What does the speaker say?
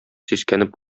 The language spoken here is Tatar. сискәнеп